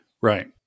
Right